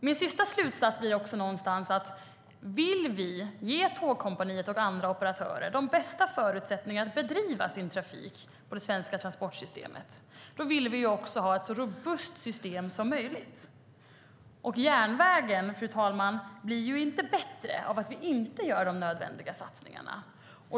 Min sista slutsats blir att om vi vill ge Tågkompaniet och andra operatörer de bästa förutsättningarna att bedriva sin trafik i det svenska transportsystemet vill vi också ha ett så robust system som möjligt. Järnvägen, fru talman, blir inte bättre av att vi inte gör de nödvändiga satsningarna.